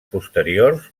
posteriors